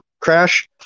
crash